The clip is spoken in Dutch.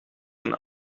een